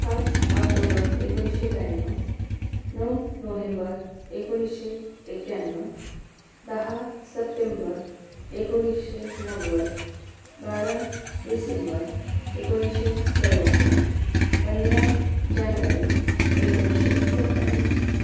पाच ऑक्टोंबर एकोणीसशे ब्याण्ण्यव नऊ नोव्हेंबर एकोणीसशे एक्याण्णव दहा सप्टेंबर एकोणीसशे नव्वद बारा डिसेंबर एकोणीसशे चौऱ्याण्णव पंधरा जानेवारी एकोणीसशे सत्याण्णव